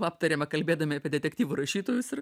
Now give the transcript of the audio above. aptarėme kalbėdami apie detektyvų rašytojus ir